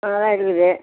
கொஞ்சம் தான் இருக்குது